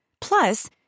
Plus